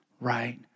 right